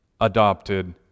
adopted